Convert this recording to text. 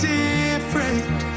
different